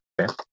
okay